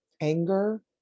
anger